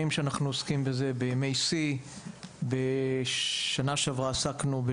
את רוצה להתייחס למה שקורה בעולם בנושא הזה?